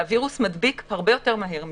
והווירוס מדביק הרבה יותר מהר מזה.